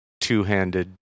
two-handed